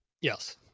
Yes